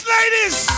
Ladies